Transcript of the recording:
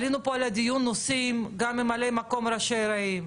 העלינו פה גם את הנושא של ממלאי מקום ראשי ערים,